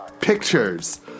pictures